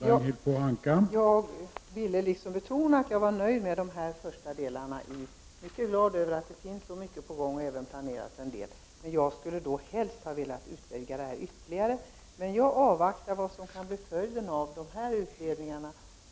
Herr talman! Jag vill betona att jag är mycket nöjd med den första delen av svaret och att jag är mycket glad över att det planeras en del och att så mycket är på gång. Jag skulle helst velat utvidga detta resonemang ytterligare, men jag avvaktar vad som kan bli följden av dessa utredningar.